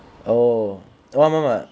oh oh ஆமாம் ஆமாம்:aamaam aamaam